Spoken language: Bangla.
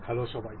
হ্যালো সবাই